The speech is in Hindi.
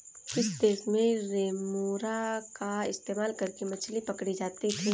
किस देश में रेमोरा का इस्तेमाल करके मछली पकड़ी जाती थी?